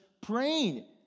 praying